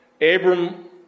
Abram